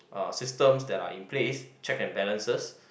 uh systems that are in place check and balances